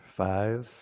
five